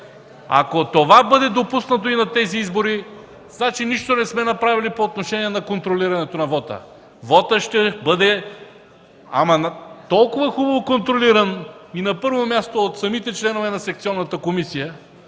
Ако това бъде допуснато и на тези избори, значи нищо не сме направили по отношение на контролирането на вота! Вотът ще бъде толкова хубаво контролиран, на първо място, от самите членове на секционната комисия,